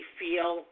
feel